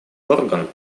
орган